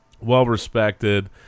well-respected